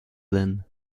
then